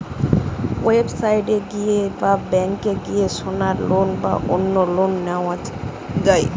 website এ গিয়ে বা ব্যাংকে গিয়ে সোনার লোন বা অন্য লোন নেওয়া যায়